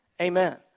Amen